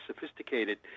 sophisticated